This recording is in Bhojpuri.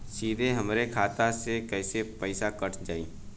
सीधे हमरे खाता से कैसे पईसा कट जाई?